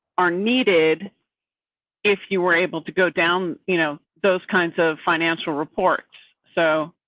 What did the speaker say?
are needed if you were able to go down, you know, those kinds of financial reports so.